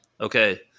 Okay